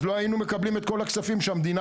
אז לא היינו מקבלים את כל הכספים שהמדינה